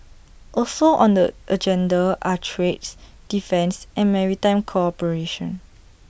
also on the agenda are trades defence and maritime cooperation